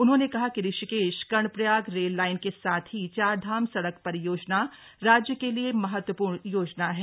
उन्होंने कहा कि ऋषिकेश कर्णप्रयाग रेल लाइन के साथ ही चार धाम सड़क परियोजना राज्य के लिए महत्वपूर्ण योजना है